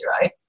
right